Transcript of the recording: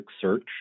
Search